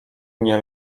nie